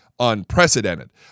unprecedented